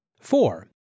Four